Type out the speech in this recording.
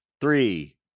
three